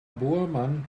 bohrmann